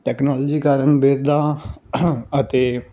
technology ਕਾਰਨ ਬਿਰਦਾਂ ਅਤੇ